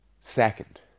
second